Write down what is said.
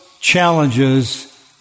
challenges